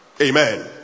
Amen